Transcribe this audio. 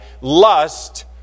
lust